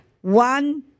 One